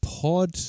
Pod